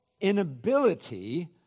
inability